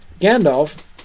Gandalf